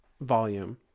volume